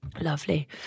Lovely